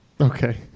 Okay